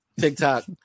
TikTok